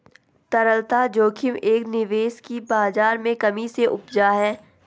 तरलता जोखिम एक निवेश की बाज़ार में कमी से उपजा है